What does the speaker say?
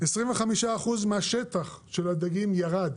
25 אחוז מהשטח של הדגים ירד,